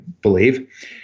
believe